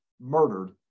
murdered